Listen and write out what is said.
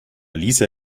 lisa